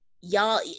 y'all